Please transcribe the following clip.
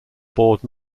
board